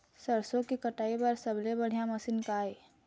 सरसों के कटाई बर सबले बढ़िया मशीन का ये?